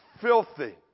Filthy